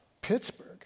Pittsburgh